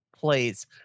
Please